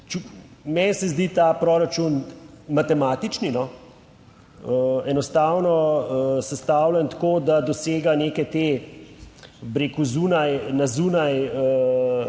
meni se zdi ta proračun matematični, no, enostavno sestavljen tako, da dosega neke te, bi rekel zunaj, na zunaj